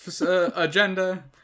agenda